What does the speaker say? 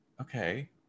Okay